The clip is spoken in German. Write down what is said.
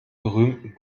berühmten